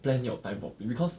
plan your time properly because